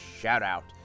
shout-out